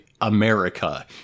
America